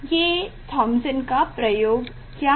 ये थामसन का प्रयोग है क्या है